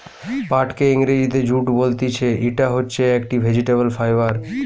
পাটকে ইংরেজিতে জুট বলতিছে, ইটা হচ্ছে একটি ভেজিটেবল ফাইবার